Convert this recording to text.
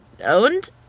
owned